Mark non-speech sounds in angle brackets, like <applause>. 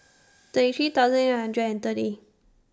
<noise> thirty three thousand eight hundred and thirty